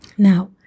Now